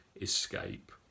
escape